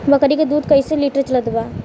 बकरी के दूध कइसे लिटर चलत बा?